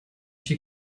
she